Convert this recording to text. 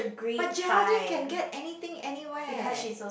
but Geraldine can get anything anywhere